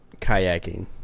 kayaking